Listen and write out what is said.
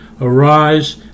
Arise